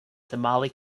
somali